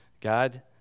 God